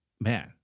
man